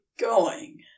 going